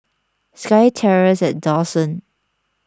SkyTerrace at Dawson